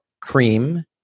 cream